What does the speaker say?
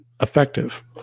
effective